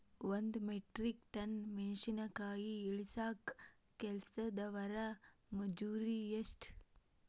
ಒಂದ್ metric ton ಮೆಣಸಿನಕಾಯಿ ಇಳಸಾಕ್ ಕೆಲಸ್ದವರ ಮಜೂರಿ ಎಷ್ಟ?